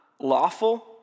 lawful